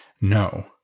No